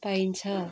पाइन्छ